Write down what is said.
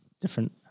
different